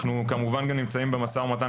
אנחנו נמצאים במשא ומתן,